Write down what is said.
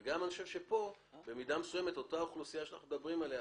וגם אני חושב שפה במידה מסוימת אותה אוכלוסייה שאנחנו מדברים עליה,